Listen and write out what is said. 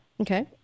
Okay